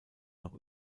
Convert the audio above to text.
noch